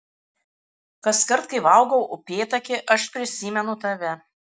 kaskart kai valgau upėtakį aš prisimenu tave